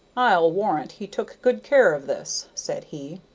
i'll warrant he took good care of this, said he.